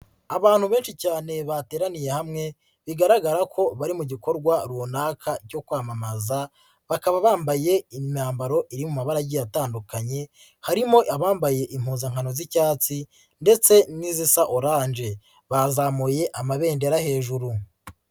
Abantu benshi cyane bateraniye hamwe, bigaragara ko bari mu gikorwa runaka cyo kwamamaza, bakaba bambaye imyambaro iri mu mabara agiye atandukanye, harimo abambaye impuzankano z'icyatsi ndetse n'izisa oranje bazamuye amabendera hejuru.